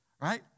right